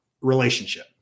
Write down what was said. relationship